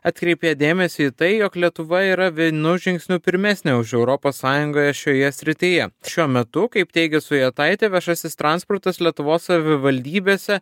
atkreipė dėmesį į tai jog lietuva yra vienu žingsniu pirmesnė už europos sąjungą šioje srityje šiuo metu kaip teigia sujetaitė viešasis transportas lietuvos savivaldybėse